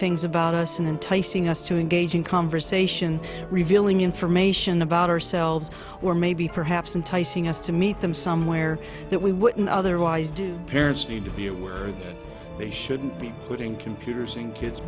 things about us and enticing us to engage in conversation revealing information about ourselves or maybe perhaps entice us to meet them somewhere that we wouldn't otherwise do parents need to be aware that they shouldn't be putting computers in kids